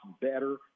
better